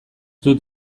dut